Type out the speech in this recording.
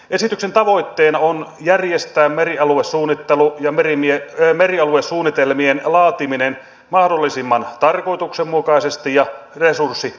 esityksen tavoitteena on järjestää merialuesuunnittelu ja merialuesuunnitelmien laatiminen mahdollisimman tarkoituksenmukaisesti ja resurssitehokkaasti